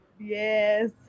Yes